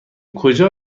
کجا